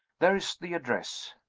there is the address.